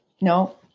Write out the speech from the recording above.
no